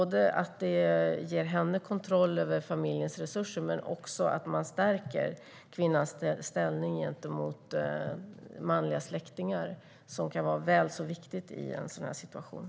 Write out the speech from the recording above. Det ger kvinnan kontroll över familjens resurser samtidigt som man stärker kvinnans ställning gentemot manliga släktingar. Det kan vara väl så viktigt i den situationen.